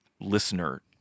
listener